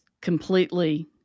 completely